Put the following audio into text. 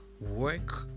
work